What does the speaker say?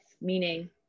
meaning